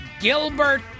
Gilbert